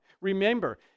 Remember